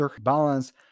balance